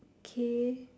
K